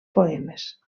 poemes